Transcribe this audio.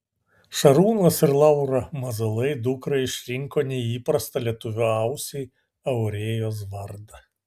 šarūnas ir laura mazalai dukrai išrinko neįprastą lietuvio ausiai aurėjos vardą